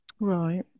right